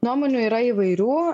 nuomonių yra įvairių